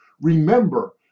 Remember